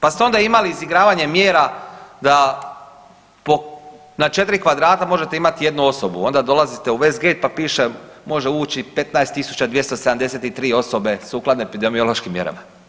Pa ste onda imali izigravanje mjera da po, na 4 kvadrata možete imati jednu osobu onda dolazite u West Gate pa piše može ući 15.273 osobe sukladno epidemiološkim mjerama.